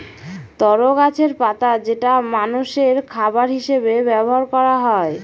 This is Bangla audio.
তরো গাছের পাতা যেটা মানষের খাবার হিসেবে ব্যবহার করা হয়